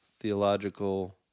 theological